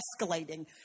escalating